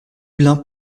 blein